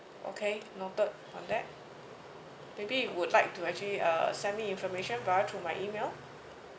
okay noted on that maybe you'd like to actually uh send me information via through my email